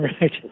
Right